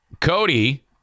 Cody